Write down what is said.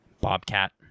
Bobcat